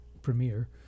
premiere